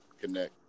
connect